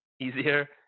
easier